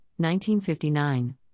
1959